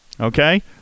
okay